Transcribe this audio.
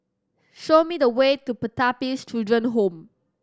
show me the way to Pertapis Children Home